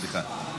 סליחה.